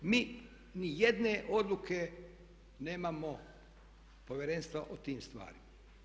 Mi niti jedne odluke nemamo Povjerenstva o tim stvarima.